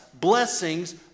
blessings